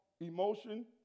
emotion